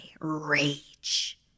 rage